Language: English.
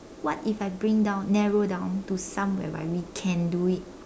what if I bring down narrow down to some whereby we can do it